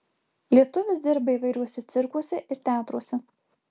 lietuvis dirba įvairiuose cirkuose ir teatruose